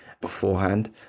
beforehand